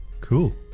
cool